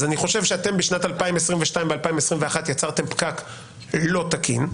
אז אני חושב שאתם בשנת 2022-2021 יצרתם פקק לא תקין,